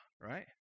right